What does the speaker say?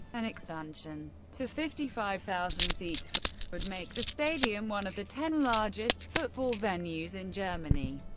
an expansion to fifty five thousand seats would make the stadium one of the ten largest football venues in germany.